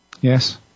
Yes